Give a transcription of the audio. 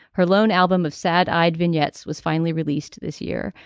her lone album of sad eyed vignettes was finally released this year.